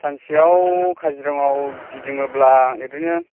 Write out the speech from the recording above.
सानसेआव काजिरङायाव गिदिङोब्ला ओरैनो